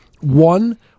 one